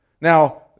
Now